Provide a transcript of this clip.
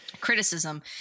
criticism